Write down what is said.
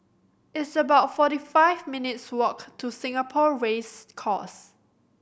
it's about forty five minutes' walk to Singapore Race Course